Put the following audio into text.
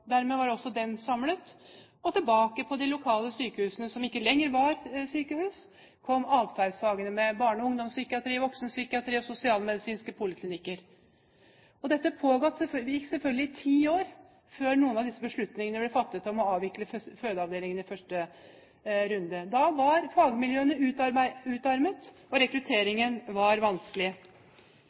dermed var også den samlet. Og tilbake på de lokale sykehusene, som ikke lenger var sykehus, var adferdsfagene med barne- og ungdomspsykiatri, voksenpsykiatri og sosialmedisinske poliklinikker. Dette pågikk i ti år før noen av disse beslutningene om å avvikle fødeavdelingene i første runde ble fattet. Da var fagmiljøene utarmet, og rekrutteringen var vanskelig.